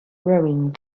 rowing